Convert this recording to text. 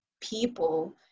people